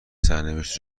سرنوشتی